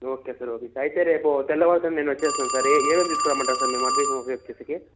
okay sir okay sir అయితే రేపు తెల్లవారుజామున నేను వచ్చేస్తాన్ సార్ ఏ ఏమేం తీసుకు రమ్మంటారు సార్ మేము అడ్మిషను చేసేకి